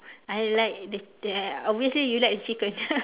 I like that their obviously you like chicken